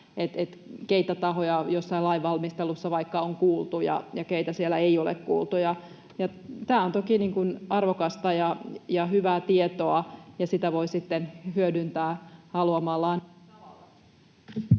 se, keitä tahoja vaikka jossain lainvalmistelussa on kuultu ja keitä siellä ei ole kuultu, ja tämä on toki arvokasta ja hyvää tietoa, ja sitä voi sitten hyödyntää haluamallaan tavalla.